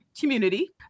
community